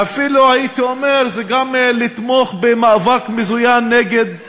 ואפילו הייתי אומר שזה גם לתמוך במאבק מזוין נגד ישראל.